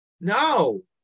No